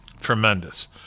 tremendous